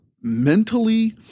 mentally